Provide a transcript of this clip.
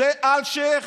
זה אלשיך,